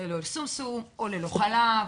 ללא שומשום או ללא חלב,